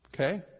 Okay